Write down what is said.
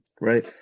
Right